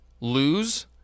lose